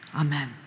Amen